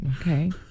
Okay